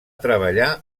treballar